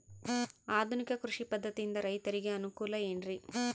ಆಧುನಿಕ ಕೃಷಿ ಪದ್ಧತಿಯಿಂದ ರೈತರಿಗೆ ಅನುಕೂಲ ಏನ್ರಿ?